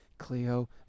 cleo